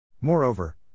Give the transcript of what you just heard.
Moreover